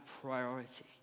priority